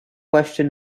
question